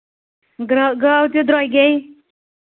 درٛا گاو تہِ درٛوٚگے